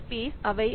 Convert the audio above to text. பிக்கள் அவை ஐ